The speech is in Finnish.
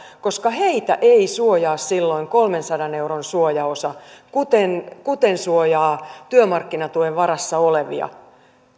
koska heitä ei suojaa silloin kolmensadan euron suojaosa kuten kuten suojaa työmarkkinatuen varassa olevia